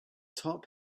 top